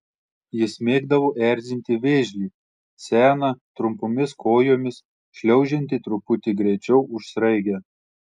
jis mėgdavo erzinti vėžlį seną trumpomis kojomis šliaužiantį truputį greičiau už sraigę